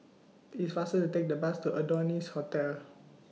IT IS faster to Take The Bus to Adonis Hotel